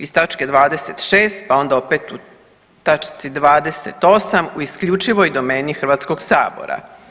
Iz točke 26., pa onda opet tačci 28. u isključivoj domeni Hrvatskog sabora.